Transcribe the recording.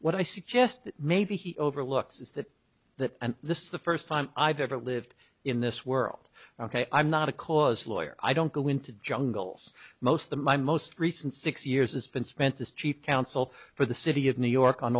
what i suggest that maybe he overlooks is that that and this is the first time i've ever lived in this world ok i'm not a cause lawyer i don't go into jungles most of the my most recent six years has been spent the chief counsel for the city of new york on